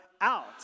out